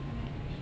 right